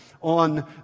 on